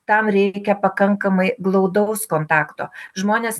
tam reikia pakankamai glaudaus kontakto žmonės